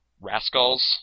Rascals